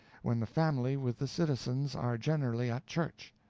when the family with the citizens are generally at church.